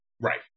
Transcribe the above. Right